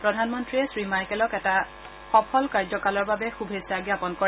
প্ৰধানমন্ত্ৰীয়ে শ্ৰীমাইকেলক এটা সফল কাৰ্য্যকালৰ বাবে শুভেচ্ছা জ্ঞাপন কৰে